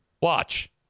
Watch